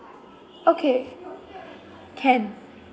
okay can